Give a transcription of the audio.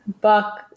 Buck